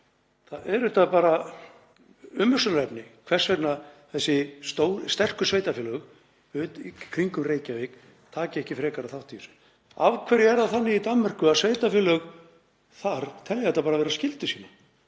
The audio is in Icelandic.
Það er auðvitað umhugsunarefni hvers vegna þessi sterku sveitarfélög í kringum Reykjavík taka ekki frekari þátt í þessu. Af hverju er það þannig í Danmörku að sveitarfélög þar telja þetta bara vera skyldu sína?